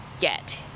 get